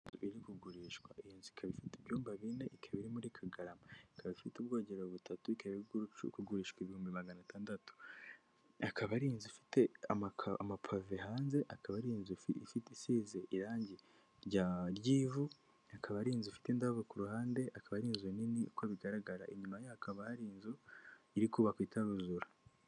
iri kugurishwa iyi nzu ikaba ifite ibyumba bine ikaba biri muri Kagarama., ikaba ifite ubwogero butatu ikaba arikugurishwa ibihumbi magana atandatu ikaba ari inzu ifite amapave hanze akaba ari inzufi ifite isize irangi rya ry'ivu, ikaba ari inzu ifite indabo ku ruhande akaba ari inzu nini uko bigaragara inyuma yayo hakaba hari inzu iri kubakwa itaruzura.